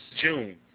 June